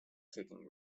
kicking